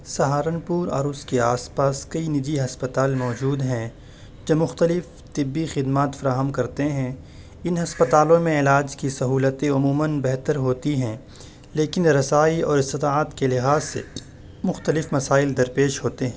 سہارنپور اور اس کے آس پاس کئی نجی ہسپتال موجود ہیں جو مختلف طبی خدمات فراہم کرتے ہیں ان ہسپتالوں میں علاج کی سہولتیں عموماً بہتر ہوتی ہیں لیکن رسائی اور استطاعت کے لحاظ سے مختلف مسائل درپیش ہوتے ہیں